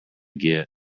git